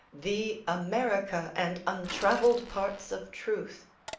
the america and untravelled parts of truth,